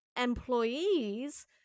employees